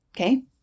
Okay